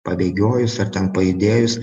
pabėgiojus ar ten pajudėjus